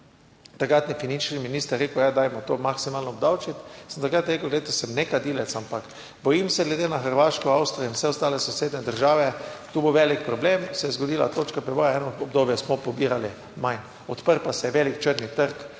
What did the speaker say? takratni finančni minister rekel: ja, dajmo to maksimalno obdavčiti. Sem takrat rekel, sem nekadilec, ampak bojim se, glede na Hrvaško, Avstrijo in vse ostale sosednje države, tu bo velik problem, se je zgodila točka preboja, eno obdobje smo pobirali manj, odprl pa se je velik črni trg